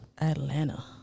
Atlanta